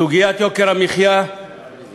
זו האזהרה הראשונה שקיבלתי.